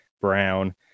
Brown